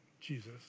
Jesus